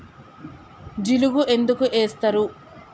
జిలుగు ఎందుకు ఏస్తరు?